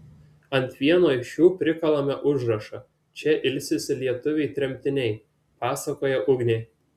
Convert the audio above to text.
ant vieno iš jų prikalame užrašą čia ilsisi lietuviai tremtiniai pasakoja ugnė